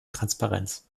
transparenz